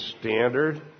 Standard